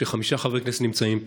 שחמישה חברי כנסת נמצאים פה.